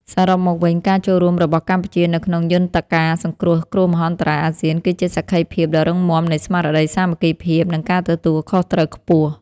សរុបមកវិញការចូលរួមរបស់កម្ពុជានៅក្នុងយន្តការសង្គ្រោះគ្រោះមហន្តរាយអាស៊ាន គឺជាសក្ខីភាពដ៏រឹងមាំនៃស្មារតីសាមគ្គីភាព និងការទទួលខុសត្រូវខ្ពស់។